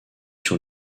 sur